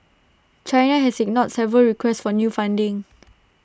China has ignored several requests for new funding